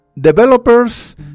developers